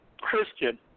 Christian